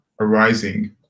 arising